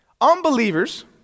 Unbelievers